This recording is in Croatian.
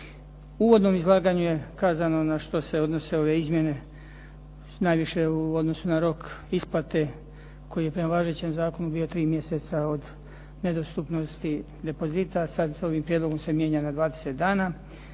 U uvodnom izlaganju je kazano na što se odnose ove izmjene, najviše u odnosu na rok isplate koji je prema važećem zakonu bio tri mjeseca od nedostupnosti depozita, a sada se ovim prijedlogom mijenja na 20 dana,